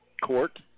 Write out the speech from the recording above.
court